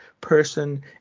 person